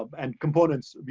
um and components,